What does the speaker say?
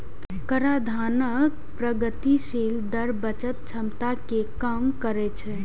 कराधानक प्रगतिशील दर बचत क्षमता कें कम करै छै